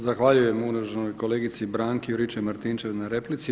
Zahvaljujem uvaženoj kolegici Branki Juričev-Martinčev na replici.